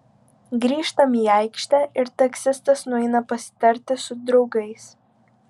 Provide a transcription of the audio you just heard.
grįžtam į aikštę ir taksistas nueina pasitarti su draugais